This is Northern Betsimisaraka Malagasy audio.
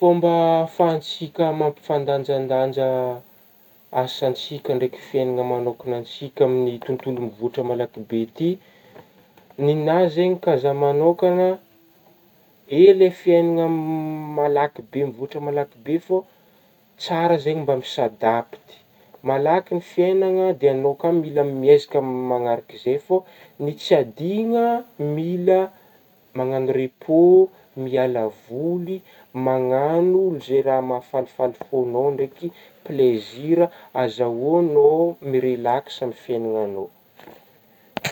Fômba ahafahantsika mampifandanjandanja asantsika ndraiky fiaignana manôkana antsika amin'ny tontolo mivoatra malaky be ty, ny nahy zegny ka zah manôkagna ee le fiainagna m-malaky be mivoatra malaky be fô tsara zegny mba misadapty, malaky ny fiainagna de agnao ka mila mihezaka magnarak'izey fô ny tsy adigno ah mila managno repos mialavoly managno zey raha mahafalifaly fôgnao ndraiky plezira azahôgnao mirelaksa aminah fiaignagnao.